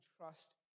trust